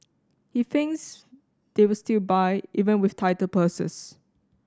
he thinks they will still buy even with tighter purses